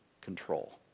control